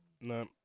no